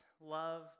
love